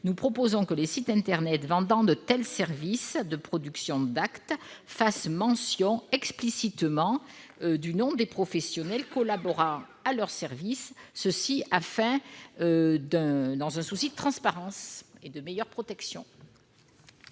nous proposons que les sites internet vendant de tels services de production d'actes fassent explicitement mention du nom des professionnels collaborant à leurs services, ceci dans un souci de transparence et de meilleure protection.